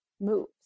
moves